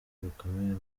rukomeye